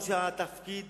אף-על-פי שתפקיד